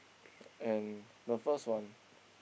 and the first one